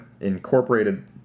incorporated